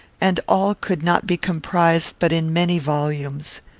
and all could not be comprised but in many volumes.